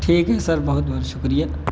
ٹھیک ہے سر بہت بہت شکریہ